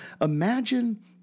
imagine